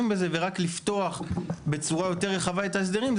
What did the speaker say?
על זה ורק לפתוח בצורה יותר רחבה את ההסדרים,